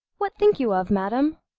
what think you of, madam?